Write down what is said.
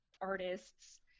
artists